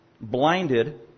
blinded